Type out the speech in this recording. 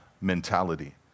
mentality